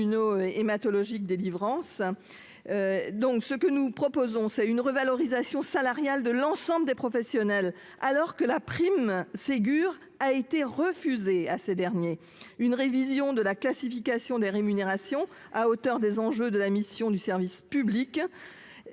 immuno- hématologiques délivrance donc ce que nous proposons c'est une revalorisation salariale de l'ensemble des professionnels, alors que la prime Ségur a été refusé à ces derniers une révision de la classification des rémunérations à hauteur des enjeux de la mission du service public